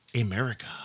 America